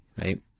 right